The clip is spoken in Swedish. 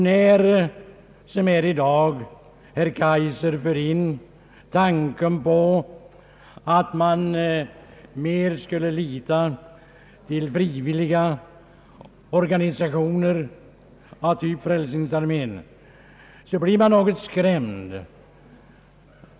När som här i dag herr Kaijser för in tanken att vi mer skulle lita till frivilliga organisationer av typ Frälsningsarmén, blir man något skrämd.